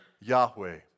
Yahweh